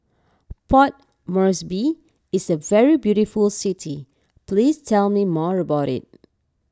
Port Moresby is a very beautiful city please tell me more about it